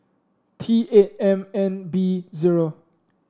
T eight M nine B zero